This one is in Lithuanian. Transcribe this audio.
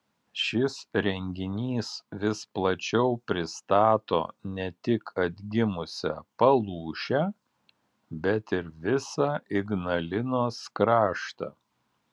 šis renginys vis plačiau pristato ne tik atgimusią palūšę bet ir visą ignalinos kraštą